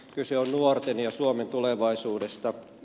kyse on nuorten ja suomen tulevaisuudesta